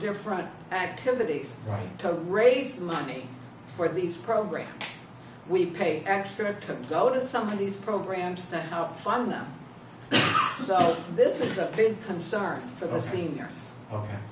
different activities to raise money for these programs we pay extra to go to some of these programs that help fund them so this is a big concern for the seniors